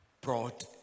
brought